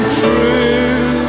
true